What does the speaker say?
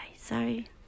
sorry